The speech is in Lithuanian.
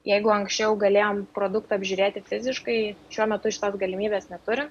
jeigu anksčiau galėjom produktą apžiūrėti fiziškai šiuo metu šitos galimybės neturim